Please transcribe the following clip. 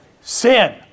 sin